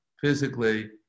physically